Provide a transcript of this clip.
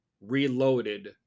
reloaded